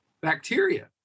bacteria